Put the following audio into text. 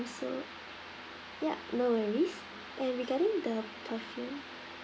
so ya no worries and regarding the perfume